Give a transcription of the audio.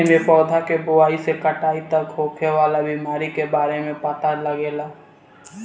एमे पौधा के बोआई से कटाई तक होखे वाला बीमारी के बारे में पता लागेला